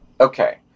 Okay